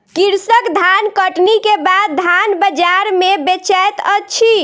कृषक धानकटनी के बाद धान बजार में बेचैत अछि